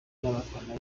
n’abafana